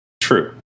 True